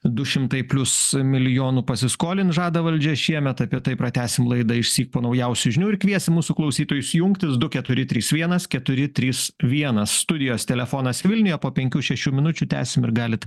du šimtai plius milijonų pasiskolint žada valdžia šiemet apie tai pratęsim laidą išsyk po naujausių žinių ir kviesim mūsų klausytojus jungtis du keturi trys vienas keturi trys vienas studijos telefonas vilniuje po penkių šešių minučių tęsim ir galit